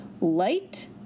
light